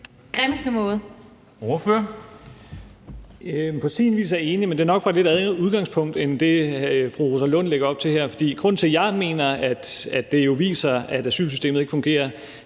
Stoklund (S): På sin vis er jeg enig, men det er nok fra et lidt andet udgangspunkt end det, fru Rosa Lund lægger op til her. For grunden til, at jeg mener, at det jo viser, at asylsystemet ikke fungerer,